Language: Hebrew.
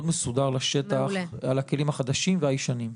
מסודר לשטח על הכלים החדשים והישנים.